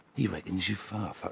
he reckons you're far.